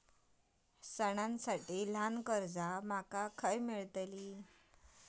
सणांसाठी ल्हान कर्जा माका खय मेळतली?